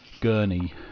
gurney